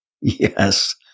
Yes